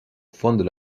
fondent